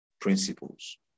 principles